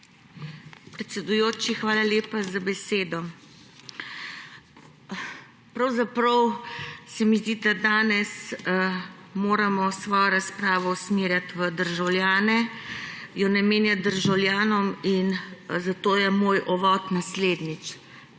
Predsedujoči, hvala lepa za besedo. Pravzaprav se mi zdi, da danes moramo svojo razpravo usmerjati v državljane, jo namenjati državljanom, in zato je moj uvod naslednji.